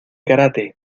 kárate